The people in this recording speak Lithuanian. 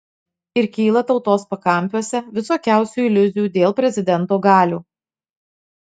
ir kyla tautos pakampiuose visokiausių iliuzijų dėl prezidento galių